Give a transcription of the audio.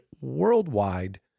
worldwide